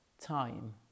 time